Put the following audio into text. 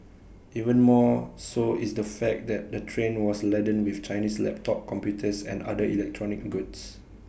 even more so is the fact that the train was laden with Chinese laptop computers and other electronic goods